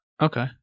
Okay